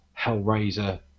Hellraiser